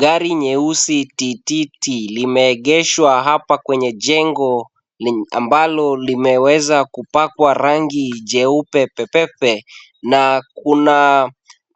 Gari nyeusi tititi limeegeshwa kwenye hapa jengo ambalo limeweza kupakwa rangi jeupe pepepe, na kuna